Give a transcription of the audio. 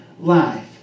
life